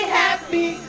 happy